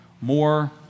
more